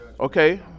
okay